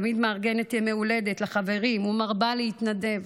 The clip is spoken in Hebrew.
תמיד מארגנת ימי הולדת לחברים ומרבה להתנדב,